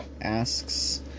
asks